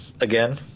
Again